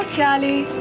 Charlie